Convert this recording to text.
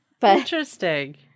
Interesting